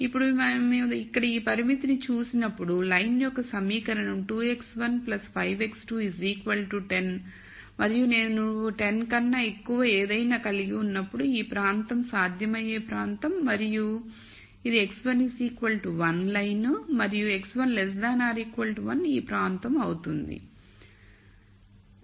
ఇప్పుడు మేము ఇక్కడ ఈ పరిమితి ని చూసినప్పుడు లైన్ యొక్క సమీకరణం 2 x1 5 x2 10 మరియు నేను 10 కన్నా ఎక్కువ ఏదైనా కలిగి ఉన్నప్పుడు ఈ ప్రాంతం సాధ్యమయ్యే ప్రాంతం మరియు ఇది x1 1 లైన్ మరియు x1 1 ఈ ప్రాంతం అవుతుంది